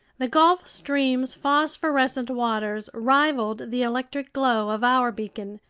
the gulf stream's phosphorescent waters rivaled the electric glow of our beacon,